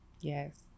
Yes